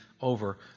over